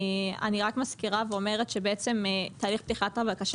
אני רק מזכירה ואומרת שבעצם תהליך פתיחת הבקשה